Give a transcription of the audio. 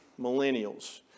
millennials